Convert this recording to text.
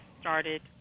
started